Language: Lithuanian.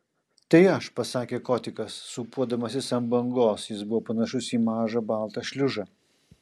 tai aš pasakė kotikas sūpuodamasis ant bangos jis buvo panašus į mažą baltą šliužą